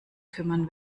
kümmern